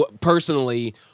personally